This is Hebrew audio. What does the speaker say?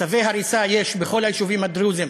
צווי הריסה יש בכל היישובים הדרוזיים,